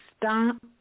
stop